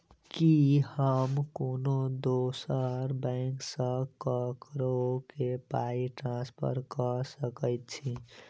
की हम कोनो दोसर बैंक सँ ककरो केँ पाई ट्रांसफर कर सकइत छि?